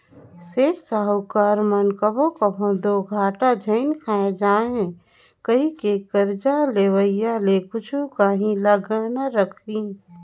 सेठ, साहूकार मन कभों कभों दो घाटा झेइन खाए जांव कहिके करजा लेवइया के कुछु काहीं ल गहना रखहीं